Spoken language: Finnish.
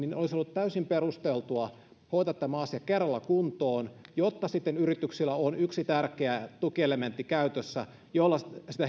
täysin perusteltua hoitaa tämä asia kerralla kuntoon jotta sitten yrityksillä olisi käytössä yksi tärkeä tukielementti jolla heidän tilannettaan